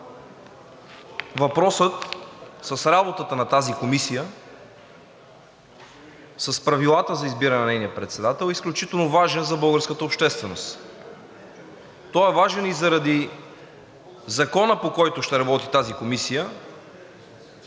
въпросът с работата на тази комисия, с правилата за избиране на нейния председател е изключително важен за българската общественост. Той е важен и заради Закона, по който ще работи тази комисия,